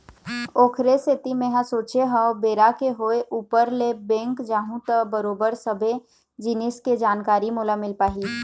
ओखरे सेती मेंहा सोचे हव बेरा के होय ऊपर ले बेंक जाहूँ त बरोबर सबे जिनिस के जानकारी मोला मिल पाही